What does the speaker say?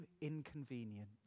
inconvenient